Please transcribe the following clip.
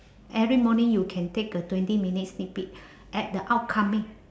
every morning you can take a twenty minute sneak peek at the upcoming